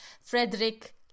Frederick